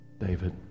David